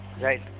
right